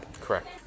Correct